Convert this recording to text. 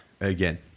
again